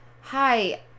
Hi